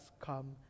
come